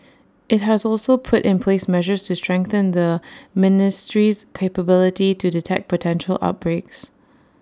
IT has also put in place measures to strengthen the ministry's capability to detect potential outbreaks